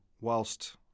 whilst